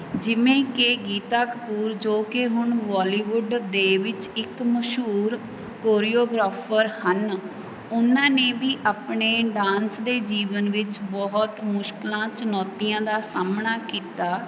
ਜਿਵੇਂ ਕਿ ਗੀਤਾ ਕਪੂਰ ਜੋ ਕਿ ਹੁਣ ਬੋਲੀਵੁੱਡ ਦੇ ਵਿੱਚ ਇੱਕ ਮਸ਼ਹੂਰ ਕੋਰੀਓਗ੍ਰਾਫਰ ਹਨ ਉਹਨਾਂ ਨੇ ਵੀ ਆਪਣੇ ਡਾਂਸ ਦੇ ਜੀਵਨ ਵਿੱਚ ਬਹੁਤ ਮੁਸ਼ਕਿਲਾਂ ਚੁਣੌਤੀਆਂ ਦਾ ਸਾਹਮਣਾ ਕੀਤਾ